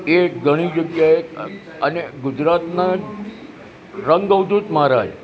એ ઘણી જગ્યાએ અને ગુજરાતનાં રંગઅવધૂત મહારાજ